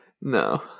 No